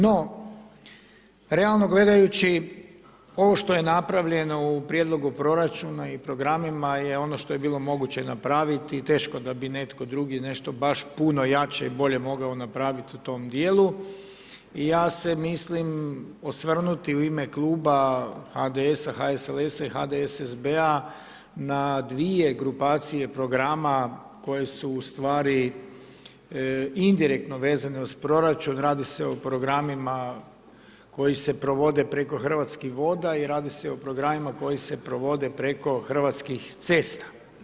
No, realno gledajući ovo što je napravljeno u Prijedlogu proračuna i programima je ono što je bilo moguće napraviti, teško da bi netko drugi nešto baš puno jače i bolje mogao napravit u tom dijelu, i ja se mislim osvrnuti u ime Kluba HDS-a, HSLS-a i HDSSB-a, na dvije grupacije programa koje su u stvari indirektno vezane uz proračun, radi se o programima koji se provode preko Hrvatskih voda, i radi se o programima koji se provode preko Hrvatskih cesta.